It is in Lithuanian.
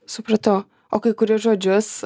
supratau o kai kuri žodžius